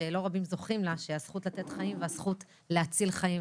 שלא רבים זוכים לה: הזכות לתת חיים והזכות להציל חיים.